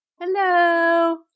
Hello